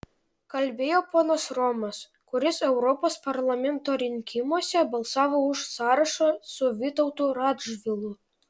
kalbėjo ponas romas kuris europos parlamento rinkimuose balsavo už sąrašą su vytautu radžvilu